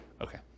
Okay